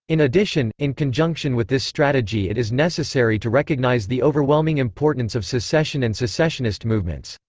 in addition, in conjunction with this strategy it is necessary to recognize the overwhelming importance of secession and secessionist movements.